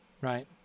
right